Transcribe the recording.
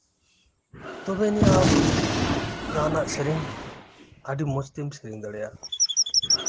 ᱛᱚᱵᱮᱭᱟᱱᱤᱡ ᱟᱢ ᱡᱟᱦᱟᱸᱱᱟᱜ ᱥᱮᱨᱮᱧ ᱟᱹᱰᱤ ᱢᱚᱸᱡ ᱛᱮᱢ ᱥᱮᱨᱮᱧ ᱫᱟᱲᱮᱭᱟᱜᱼᱟ